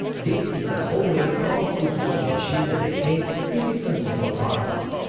this is a homemade powerful smoke machine that i've made using some simple parts.